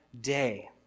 day